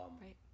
Right